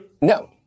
No